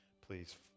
please